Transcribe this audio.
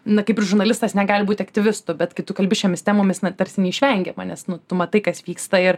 na kaip žurnalistas negali būti aktyvistu bet kai tu kalbi šiomis temomis net tarsi neišvengiama nes nu tu matai kas vyksta ir